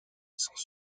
sans